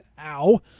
ow